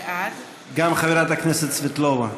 בעד גם חברת הכנסת סבטלובה.